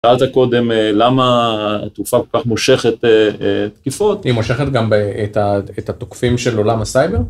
שאלת קודם למה התעופה כל כך מושכת תקיפות? היא מושכת גם את התוקפים של עולם הסייבר.